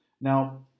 Now